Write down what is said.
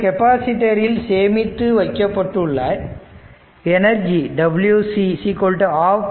மேலும் கெப்பாசிட்டர் இல் சேமித்து வைக்கப்பட்டுள்ள எனர்ஜி Wc ½ C vC2